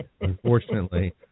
unfortunately